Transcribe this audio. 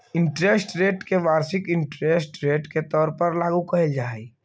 interest rate के वार्षिक interest rate के तौर पर लागू कईल जा हई